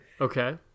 Okay